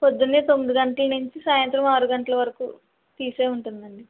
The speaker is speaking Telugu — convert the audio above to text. పొద్దున తొమ్మిది గంటల నుంచి సాయంత్రం ఆరు గంటల వరకు తీసే ఉంటుంది అండి